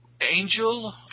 Angel